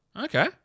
Okay